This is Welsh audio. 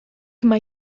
mae